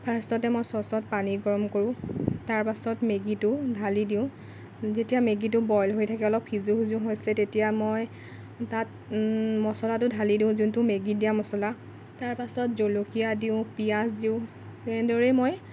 ফাৰ্ষ্টতে মই চচত পানী গৰম কৰোঁ তাৰ পাছত মেগীটো ঢালি দিওঁ যেতিয়া মেগীটো বইল হৈ থাকে অলপ সিজোঁ সিজোঁ হৈছে তেতিয়া মই তাত মছলাটো ঢালি দিওঁ যোনটো মেগীত দিয়া মছলা তাৰ পাছত জলকীয়া দিওঁ পিয়াঁজ দিওঁ এনেদৰেই মই